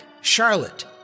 Charlotte